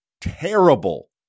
terrible